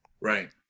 Right